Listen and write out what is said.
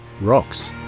rocks